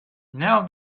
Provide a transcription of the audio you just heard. now